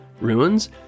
ruins